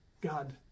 God